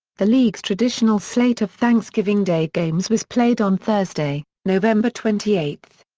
the league's traditional slate of thanksgiving day games was played on thursday, november twenty eight.